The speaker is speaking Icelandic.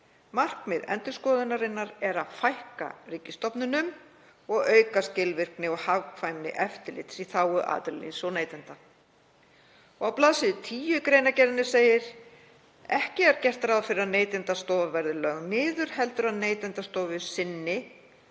Markmið endurskoðunarinnar er að fækka ríkisstofnunum og auka skilvirkni og hagkvæmni eftirlits í þágu atvinnulífs og neytenda.“ Á bls. 10 í greinargerðinni segir: „Ekki er gert ráð fyrir að Neytendastofa verði lögð niður heldur að Neytendastofa sinni